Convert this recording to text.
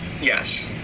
Yes